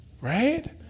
Right